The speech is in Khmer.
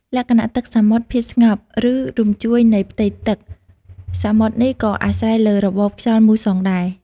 លក្ខណៈទឹកសមុទ្រ ភាពស្ងប់ ឬរញ្ជួយនៃផ្ទៃទឹកសមុទ្រនេះក៏អាស្រ័យលើរបបខ្យល់មូសុងដែរ។